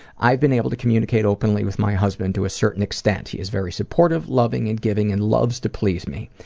i've been able to communicate openly with my husband to a certain extent. he is very supportive, loving, and giving and loves to please me.